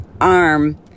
arm